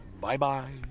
Bye-bye